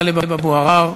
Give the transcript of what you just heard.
חבר הכנסת טלב אבו עראר,